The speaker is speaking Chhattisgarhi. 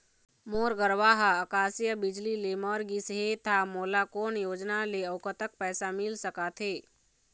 मोर गरवा हा आकसीय बिजली ले मर गिस हे था मोला कोन योजना ले अऊ कतक पैसा मिल सका थे?